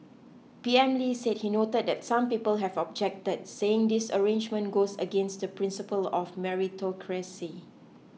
P M Lee said he noted that some people have objected saying this arrangement goes against the principle of meritocracy